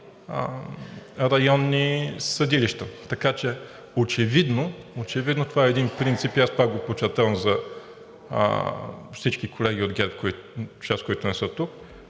районни съдилища. Така че очевидно това е един принцип и аз пак го подчертавам за всички колеги от ГЕРБ, част от които не са тук,